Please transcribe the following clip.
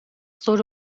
zor